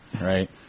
Right